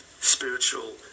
spiritual